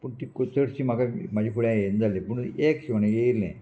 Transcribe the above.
पूण तीं चडशीं म्हाका म्हाज्या फुडें येना जालीं पूण एक शेवणें येयलें